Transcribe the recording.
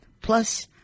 plus